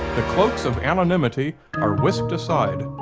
the cloaks of anonymity are whisked aside,